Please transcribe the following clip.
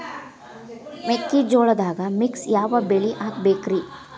ಮೆಕ್ಕಿಜೋಳದಾಗಾ ಮಿಕ್ಸ್ ಯಾವ ಬೆಳಿ ಹಾಕಬೇಕ್ರಿ?